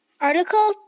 article